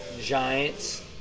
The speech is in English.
Giants –